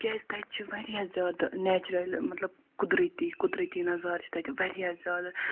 تِکیازِ تَتہِ چھِ واریاہ زیادٕ نٮ۪چرل مطلب قُدرٔتی قُدرٔتی نظارٕ چھِ تَتہِ واریاہ زیادٕ